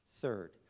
Third